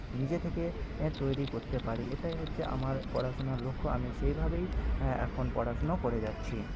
নিজে থেকে তৈরি করতে পারি এটাই হচ্ছে আমার পড়াশোনার লক্ষ্য আমি সেই ভাবেই হ্যাঁ এখন পড়াশোনা করে যাচ্ছি